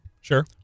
sure